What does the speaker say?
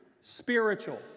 spiritual